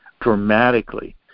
dramatically